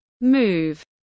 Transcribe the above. move